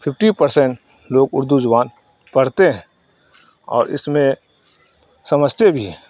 fifty percent لوگ اردو زبان پڑھتے ہیں اور اس میں سمجھتے بھی ہیں